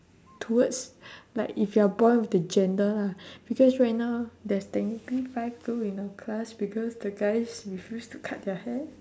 towards like if you're born with the gender lah because right now there's technically five girl in our class because the guys refuse to cut their hair